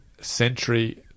century